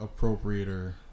appropriator